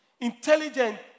Intelligent